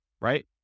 right